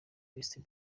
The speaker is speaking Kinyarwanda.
best